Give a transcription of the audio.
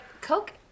Coke